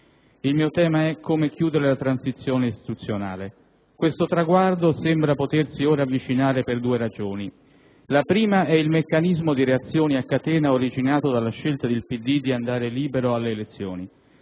Il mio tema è come chiudere la transizione istituzionale. Questo traguardo sembra potersi ora avvicinare per due ragioni. La prima è il meccanismo di reazioni a catena originato dalla scelta del Partito Democratico di andare libero alle elezioni.